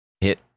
hit